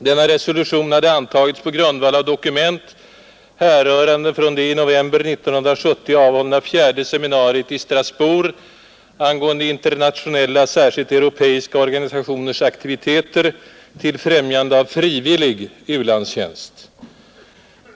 Denna resolution hade antagits på grundval av dokument härrörande från det i november 1970 avhållna fjärde seminariet i Strasbourg angående internationella — särskilt europeiska — organisationers aktiviteter till främjande av frivillig u-landstjänst.